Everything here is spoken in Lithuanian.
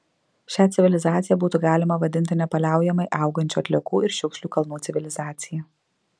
šią civilizaciją būtų galima vadinti nepaliaujamai augančių atliekų ir šiukšlių kalnų civilizacija